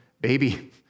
baby